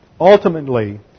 Ultimately